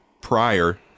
prior